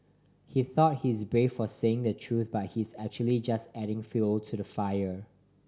he thought he is brave for saying the truth but he's actually just adding fuel to the fire